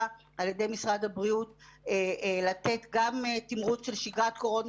על ידי משרד הבריאות לתת גם תמרוץ של שגרת קורונה